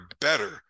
better